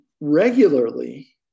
regularly